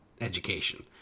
education